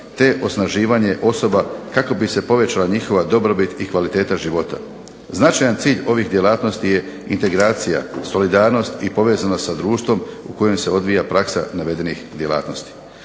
te osnaživanje osoba kako bi se povećala njihova dobrobit i kvaliteta života. Značajan cilj ovih djelatnosti je integracija, solidarnost i povezanost sa društvom u kojem se odvija praksa navedenih djelatnosti.